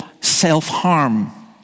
self-harm